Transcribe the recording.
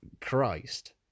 christ